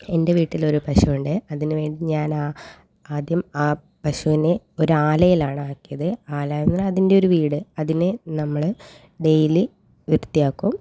എൻ്റെ വീട്ടിലൊരു പശുവുണ്ട് അതിനുവേണ്ടി ഞാൻ ആ ആദ്യം ആ പശുവിനെ ഒരു ആലയിലാണ് ആക്കിയത് ആല എന്നാൽ അതിൻ്റെ ഒരു വീട് അതിനെ നമ്മൾ ഡെയ്ലി വൃത്തിയാക്കും